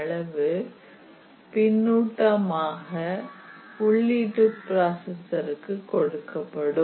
அவை பின்னூட்டமாக உள்ளீட்டுப் பிராசஸர்க்கு கொடுக்கப்படும்